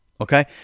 Okay